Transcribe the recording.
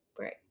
Right